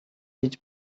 гэж